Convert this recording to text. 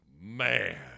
man